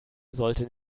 sollte